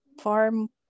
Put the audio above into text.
farm